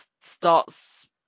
starts